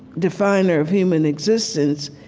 definer of human existence,